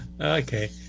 Okay